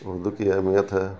اردو کی اہمیت ہے